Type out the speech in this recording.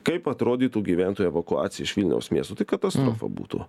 kaip atrodytų gyventojų evakuacija iš vilniaus miesto tai katastrofa būtų